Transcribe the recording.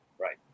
Right